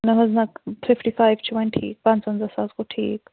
نہَ حظ نہَ فِفٹی فایِو چھُ وۅنۍ ٹھیٖک پانٛژوَنٛزاہ ساس گوٚو ٹھیٖک